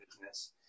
business